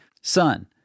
Son